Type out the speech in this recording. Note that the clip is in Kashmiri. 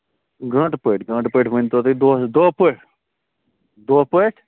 گنٹہٕ پٲٹھۍ گنٹہٕ پٲٹھۍ ؤنۍتو تُہۍ دۄہَس دۄہ پٲٹھۍ دۄہ پٲٹھۍ